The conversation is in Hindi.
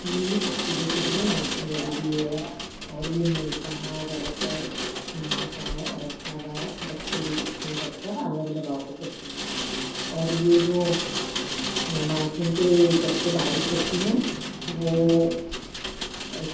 ये सब चीज़ों के लिए मानसून ज़रूरी है और यह मूलयतः ज़्यादातर हिन्द महासागर अरब सागर दक्षिणी पश्चिम तट पर आने वाली हवाओं को कहते हैं और यह जो मानसून के चलते बारिश होती है वह एस